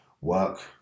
work